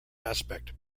aspect